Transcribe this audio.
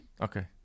Okay